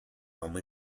only